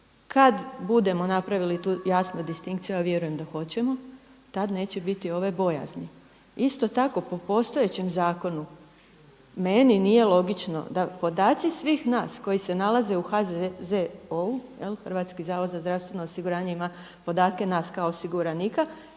Kad budemo napravili tu jasnu distinkciju, a vjerujem da hoćemo tad neće biti ove bojazni. Isto tako po postojećem zakonu meni nije logično da podaci svih nas koji se nalaze u HZZO-u Hrvatski zavod za zdravstveno osiguranje ima podatke nas kao osiguranika.